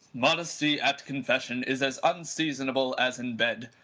modesty at confession is as unseasonable as in bed,